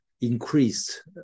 increased